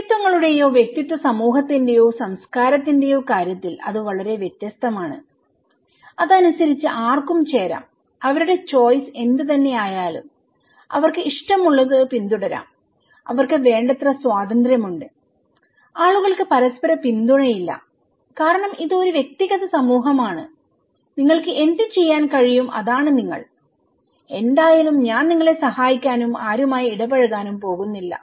വ്യക്തിത്വങ്ങളുടെയോ വ്യക്തിത്വ സമൂഹത്തിന്റെയോ സംസ്കാരത്തിന്റെയോ കാര്യത്തിൽ അത് വളരെ വ്യത്യസ്തമാണ് അത് അനുസരിച്ച് ആർക്കും ചേരാം അവരുടെ ചോയ്സ് എന്ത് തന്നെയായാലും അവർക്ക് ഇഷ്ടമുള്ളത് പിന്തുടരാം അവർക്ക് വേണ്ടത്ര സ്വാതന്ത്ര്യമുണ്ട് ആളുകൾക്ക് പരസ്പര പിന്തുണയില്ല കാരണം ഇത് ഒരു വ്യക്തിഗത സമൂഹമാണ് നിങ്ങൾക്ക് എന്തുചെയ്യാൻ കഴിയും അതാണ് നിങ്ങൾ എന്തായാലും ഞാൻ നിങ്ങളെ സഹായിക്കാനും ആരുമായും ഇടപഴകാനും പോകുന്നില്ല